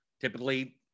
Typically